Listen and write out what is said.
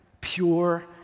pure